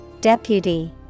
Deputy